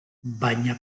baina